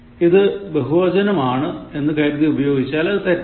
ഇത് ബഹുവചനമാണ് എന്നു കരുതി ഉപയോഗിച്ചാൽ അത് തെറ്റാണ്